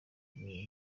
b’iyi